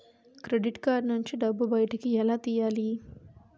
Credit card నుంచి డబ్బు బయటకు ఎలా తెయ్యలి?